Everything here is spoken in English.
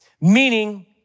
meaning